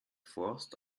forst